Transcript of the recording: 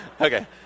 Okay